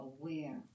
aware